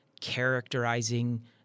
characterizing